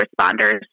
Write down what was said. responders